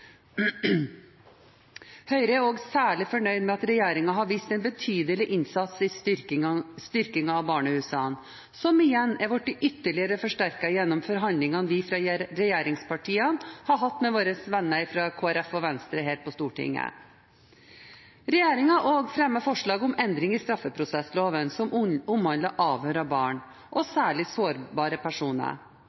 Høyre er også særlig fornøyd med at regjeringen har vist en betydelig innsats i styrkingen av barnehusene, som igjen har blitt ytterligere forsterket gjennom forhandlingene vi fra regjeringspartiene har hatt med våre venner fra Kristelig Folkeparti og Venstre her på Stortinget. Regjeringen har også fremmet forslag om endring i straffeprosessloven, som omhandler avhør av barn og særlig sårbare personer.